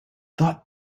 thought